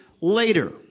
later